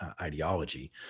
ideology